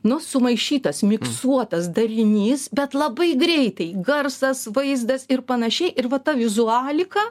nu sumaišytas miksuotas darinys bet labai greitai garsas vaizdas ir panašiai ir va ta vizualika